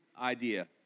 idea